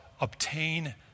obtain